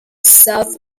south